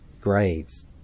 grades